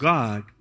God